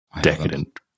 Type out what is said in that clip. decadent